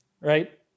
right